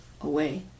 away